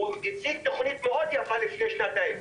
הוא הציג תוכנית מאוד יפה לפני שנתיים.